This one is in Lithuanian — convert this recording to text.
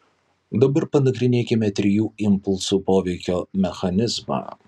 dabar panagrinėkime trijų impulsų poveikio mechanizmą